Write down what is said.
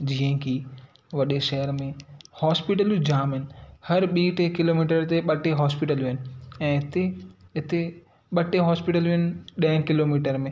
जीअं की वॾे शहर में हॉस्पिटलियूं जाम आहिनि हर ॿीं टे किलोमीटर ते ॿ टे हॉस्पिटलियूं आहिनि ऐं हिते हिते ॿ टे हॉस्पिटलियूं आहिनि ॾह किलोमीटर में